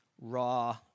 raw